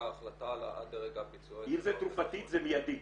ההחלטה עד לרגע הביצוע של -- אם זה תרופתית זה מיידי.